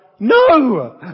No